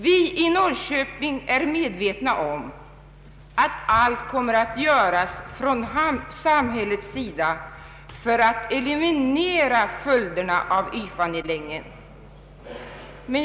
Vi i Norrköping är medvetna om att allt kommer att göras från samhällets sida för att eliminera följderna av YFA nedläggningen.